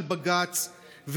של בג"ץ,